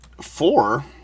four